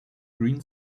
green